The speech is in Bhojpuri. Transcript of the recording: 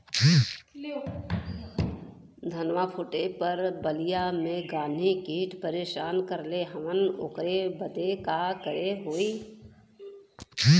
धनवा फूटले पर बलिया में गान्ही कीट परेशान कइले हवन ओकरे बदे का करे होई?